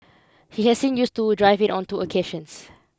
he has sin used to drive it on two occasions